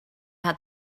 had